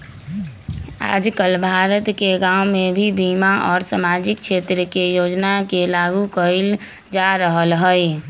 आजकल भारत के गांव में भी बीमा और सामाजिक क्षेत्र के योजना के लागू कइल जा रहल हई